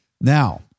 Now